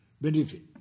benefit